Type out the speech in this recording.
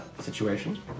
situation